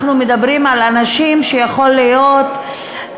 אנחנו מדברים על אנשים שיכול להיות,